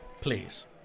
Please